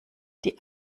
die